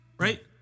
Right